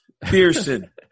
Pearson